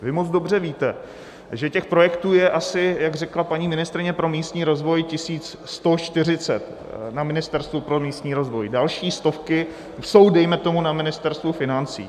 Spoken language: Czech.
Vy moc dobře víte, že těch projektů je asi, jak řekla paní ministryně pro místní rozvoj, 1 140 na Ministerstvu pro místní rozvoj, další stovky jsou dejme tomu na Ministerstvu financí.